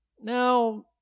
Now